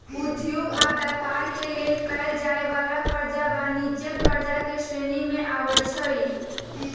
उद्योग आऽ व्यापार के लेल कएल जाय वला करजा वाणिज्यिक करजा के श्रेणी में आबइ छै